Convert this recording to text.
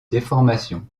déformation